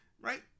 Right